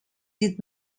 did